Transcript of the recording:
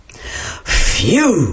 Phew